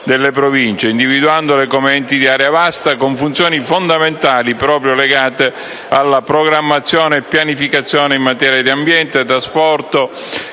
delle Province, individuandole come enti di area vasta con funzioni fondamentali proprio legate alla programmazione e pianificazione in materia di ambiente, trasporto,